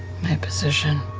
my position.